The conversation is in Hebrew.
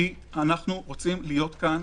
כי אנו רוצים להיות פה,